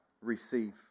receive